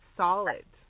solid